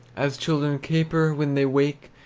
as children caper when they wake,